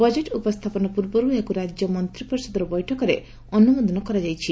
budget ଉପସ୍ରାପନ ପୂର୍ବରୁ ଏହାକୁ ରାଜ୍ୟ ମନ୍ତିପରିଷଦର ବୈଠକରେ ଅନୁମୋଦନ କରାଯାଇଛି